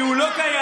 כי הוא לא קיים.